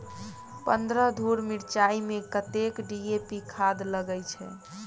पन्द्रह धूर मिर्चाई मे कत्ते डी.ए.पी खाद लगय छै?